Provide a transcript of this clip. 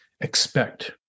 expect